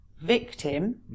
victim